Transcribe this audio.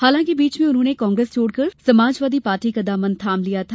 हालांकि बीच में उन्होंने कांग्रेस छोड़कर समाजवादी पार्टी का दामन थाम लिया था